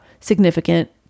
significant